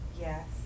yes